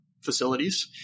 facilities